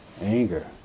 anger